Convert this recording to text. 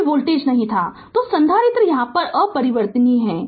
कोई वोल्टेज नहीं था तो संधारित्र अपरिवर्तित था